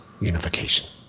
unification